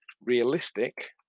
realistic